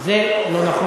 זה לא נכון.